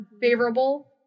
favorable